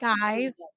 Guys